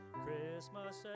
Christmas